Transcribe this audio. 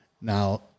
Now